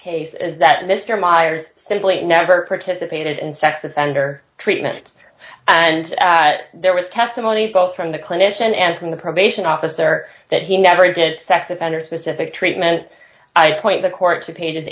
case is that mr meyers simply never participated in sex offender treatment and that there was testimony both from the clinician and from the probation officer that he never gets sex offender specific treatment i point the court to pages